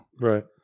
Right